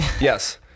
Yes